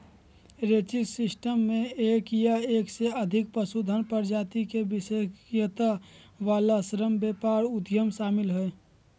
ranching system मे एक या एक से अधिक पशुधन प्रजाति मे विशेषज्ञता वला श्रमव्यापक उद्यम शामिल हय